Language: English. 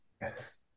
yes